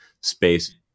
space